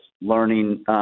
learning –